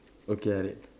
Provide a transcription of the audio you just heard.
okay Harid